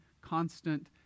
constant